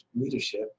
leadership